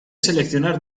seleccionar